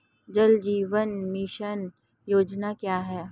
जल जीवन मिशन योजना क्या है?